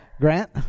Grant